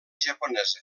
japonesa